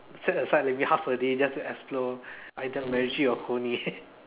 set aside maybe half a day just to explore either either macritchie or Coney